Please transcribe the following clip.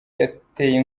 yateye